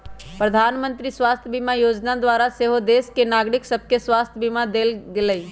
प्रधानमंत्री स्वास्थ्य बीमा जोजना द्वारा सेहो देश के नागरिक सभके स्वास्थ्य बीमा देल गेलइ